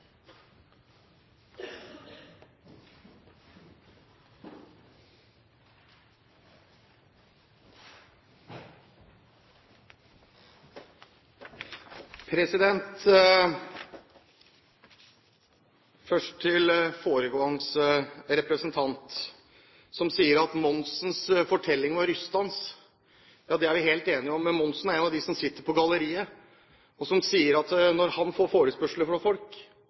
Ja, det er vi helt enige om. Monsen er en av dem som sitter på galleriet, og som sier at når han får forespørsler fra folk